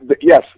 yes